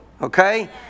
Okay